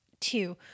Two